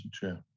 Chair